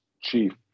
chief